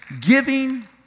giving